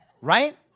Right